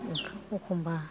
ओंखाम एखमब्ला